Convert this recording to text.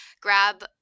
grab